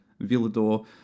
Villador